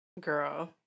girl